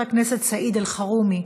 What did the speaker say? חבר הכנסת סעיד אלחרומי,